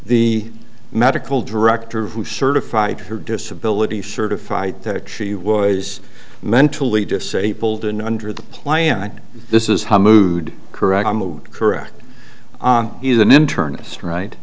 the medical director who certified her disability certified that she was mentally disabled and under the plan this is how mood correct correct is an internist ri